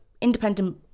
independent